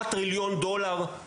שרת האנרגיה בחנה את הדברים,